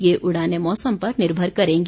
ये उड़ानें मौसम पर निर्भर करेंगी